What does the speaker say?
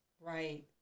Right